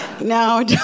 No